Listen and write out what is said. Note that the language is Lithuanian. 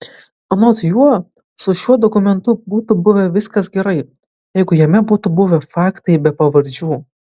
anot jo su šiuo dokumentu būtų buvę viskas gerai jeigu jame būtų buvę faktai be pavardžių